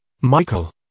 Michael